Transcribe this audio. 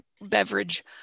beverage